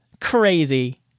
Crazy